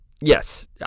yes